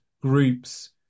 groups